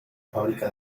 fábrica